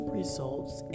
results